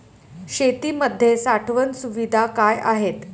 शेतीमध्ये साठवण सुविधा काय आहेत?